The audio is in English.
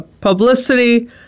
publicity